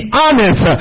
honest